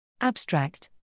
Abstract